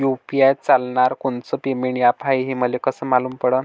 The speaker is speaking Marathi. यू.पी.आय चालणारं कोनचं पेमेंट ॲप हाय, हे मले कस मालूम पडन?